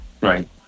Right